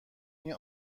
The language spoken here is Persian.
این